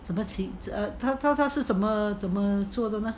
什么情他是怎么怎么做的呢